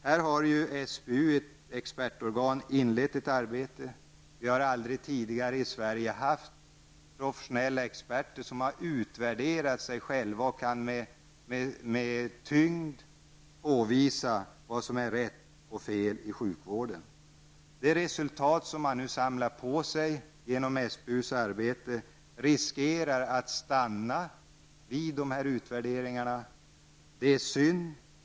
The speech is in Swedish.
Här har ju SBU inlett ett arbete. I Sverige har vi aldrig tidigare haft professionella experter som har utvärderat sig själva och med tyngd påvisat vad som är rätt och fel i sjukvården. Det resultat som man nu samlar på sig genom SBUs arbete riskerar att stanna vid de här utvärderingarna. Det är synd.